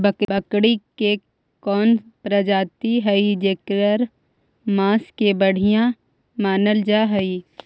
बकरी के कौन प्रजाति हई जेकर मांस के बढ़िया मानल जा हई?